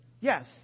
Yes